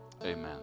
amen